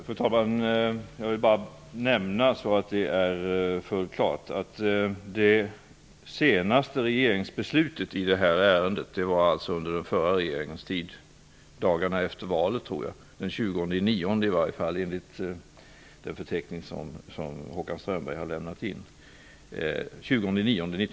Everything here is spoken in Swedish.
Fru talman! Jag vill bara nämna att det senaste regeringsbeslutet i det här ärendet fattades av den förra regeringen dagarna efter det förra valet, den Håkan Strömberg har lämnat in.